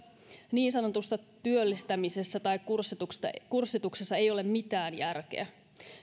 niin sanotussa työllistämisessä tai kurssituksessa ei ole mitään järkeä